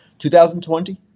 2020